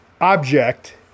Object